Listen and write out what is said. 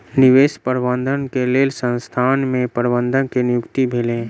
निवेश प्रबंधन के लेल संसथान में प्रबंधक के नियुक्ति भेलै